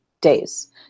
days